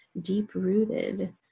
deep-rooted